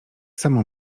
samo